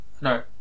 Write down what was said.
no